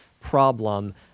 problem